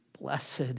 Blessed